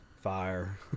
fire